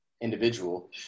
individual